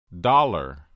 Dollar